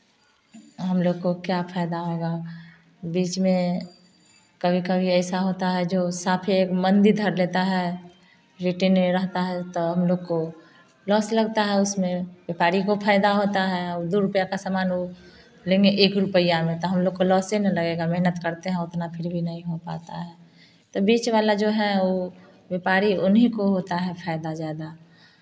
हम लोग को क्या फ़ायदा होगा बीच में कभी कभी ऐसा होता है जो साफे एक मंदी धर लेता है रेटे नहीं रहता है तो हम लोग को लोस लगता है उसमें व्यापारी को फ़ायदा होता है और दो रुपया का सामान वह लेंगे एक रुपया में तो हम लोग को लौसे न लगेगा मेहनत करते हैं उतना फिर भी नहीं हो पाता है तो बीच वाला जो है व्यापारी ओं उन्हीं को होता है फ़ायदा ज़्यादा